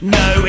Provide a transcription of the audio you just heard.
no